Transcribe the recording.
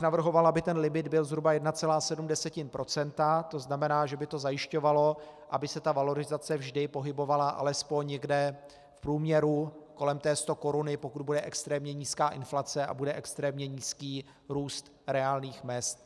Navrhoval bych, aby ten limit byl zhruba 1,7 %, to znamená, že by to zajišťovalo, aby se valorizace vždy pohybovala alespoň někde v průměru kolem té stokoruny, pokud bude extrémně nízká inflace a bude extrémně nízký růst reálných mezd.